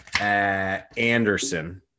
Anderson